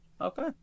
okay